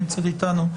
שנמצאת איתנו,